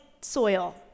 soil